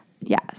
Yes